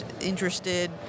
interested